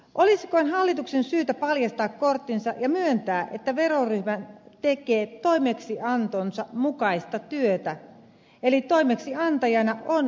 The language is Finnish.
olisikohan hallituksen syytä paljastaa korttinsa ja myöntää että veroryhmä tekee toimeksiantonsa mukaista työtä eli toimeksiantajana on suomen hallitus